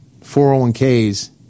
401ks